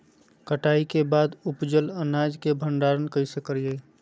कटाई के बाद उपजल अनाज के भंडारण कइसे करियई?